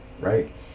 right